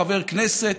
חבר כנסת